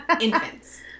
Infants